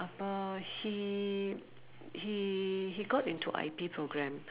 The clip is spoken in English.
uh he he he got into I_P program